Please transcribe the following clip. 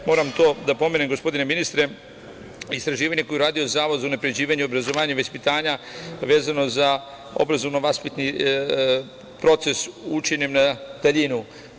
Moram to da pomenem, gospodine ministre, istraživanje koje je uradio Zavod za unapređivanje obrazovanja i vaspitanja vezano za obrazovno-vaspitni proces učenja na daljinu.